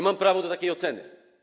Mam prawo do takiej oceny.